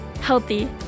healthy